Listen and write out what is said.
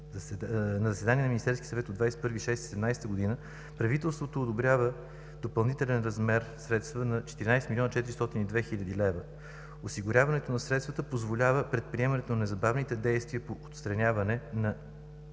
на заседание на Министерския съвет на 21 юни 2017 г. правителството одобрява допълнителни средства в размер на 14 млн. 402 хил. лв. Осигуряването на средствата позволява предприемането на незабавни действия по отстраняване на